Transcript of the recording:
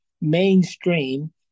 mainstream